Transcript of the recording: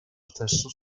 stesso